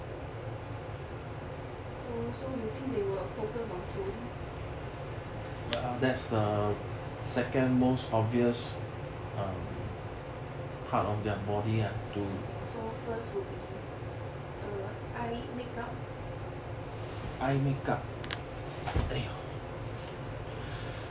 so so you think they will focus on clothing so the first one will be eye makeup